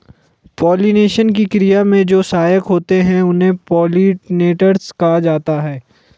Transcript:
pollination की क्रिया में जो सहायक होते हैं उन्हें पोलिनेटर्स कहा जाता है